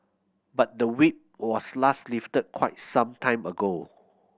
but the Whip was last lifted quite some time ago